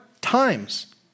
times